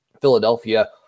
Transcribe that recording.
Philadelphia